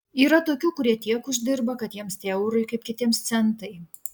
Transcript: yra tokių kurie tiek uždirba kad jiems tie eurai kaip kitiems centai